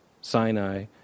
Sinai